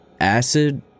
acid